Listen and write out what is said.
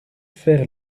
faire